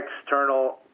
external